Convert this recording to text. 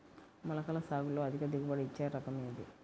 మొలకల సాగులో అధిక దిగుబడి ఇచ్చే రకం ఏది?